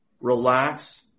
relax